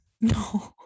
No